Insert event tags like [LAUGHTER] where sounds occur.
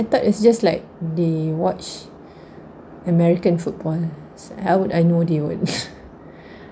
I thought it's just like they watch [BREATH] american football how would I know they would [LAUGHS] [BREATH]